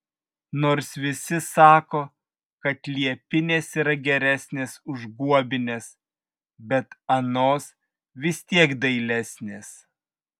nors visi sako kad liepinės yra geresnės už guobines bet anos vis tiek dailesnės